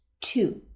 Two